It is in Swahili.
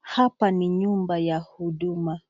Hapa ni nyumba ya huduma.